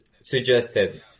suggested